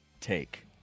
take